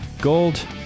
Gold